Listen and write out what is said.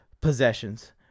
possessions